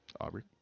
Aubrey